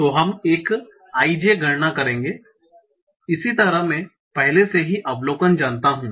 तो हम एक i j गणना करेंगे इसी तरह मैं पहले से ही अवलोकन जानता हूं